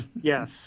Yes